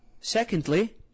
Secondly